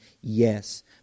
yes